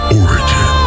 origin